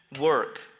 work